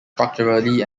structurally